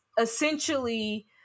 essentially